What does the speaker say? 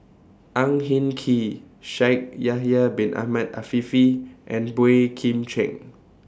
Ang Hin Kee Shaikh Yahya Bin Ahmed Afifi and Boey Kim Cheng